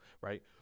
right